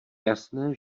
jasné